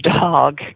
dog